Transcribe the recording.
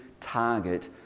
target